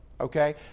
okay